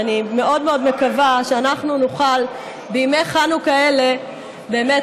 ואני מאוד מאוד מקווה שאנחנו נוכל בימי חנוכה אלה באמת